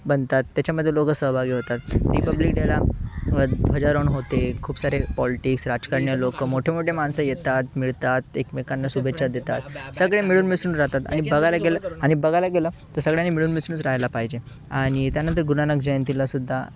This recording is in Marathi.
बनतात त्याच्यामध्ये लोकं सहभागी होतात रिपब्लिक डेला ध्वजारोहण होते खूप सारे पॉलिटिक्स राजकारणी लोकं मोठे मोठे माणसं येतात मिळतात एकमेकांना शुभेच्छा देतात सगळे मिळून मिसळून राहतात आणि बघायला गेलं आणि बघायला गेलं तर सगळ्यांनी मिळून मिसळूनच राहायला पाहिजे आणि त्यानंतर गुरुनानक जयंतीला सुद्धा